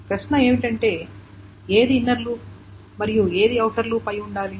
ప్రశ్న ఏమిటంటే ఏది ఇన్నర్ లూప్ మరియు ఏది ఔటర్ లూప్ అయి ఉండాలి